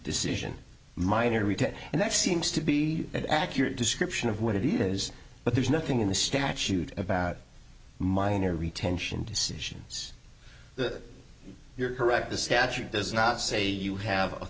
decision minor retail and that seems to be an accurate description of what it is but there's nothing in the statute about minor retention decisions that you're correct the statute does not say you have